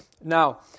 Now